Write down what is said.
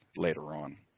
later on.